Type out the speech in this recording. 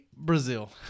Brazil